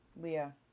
Leah